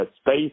space